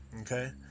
Okay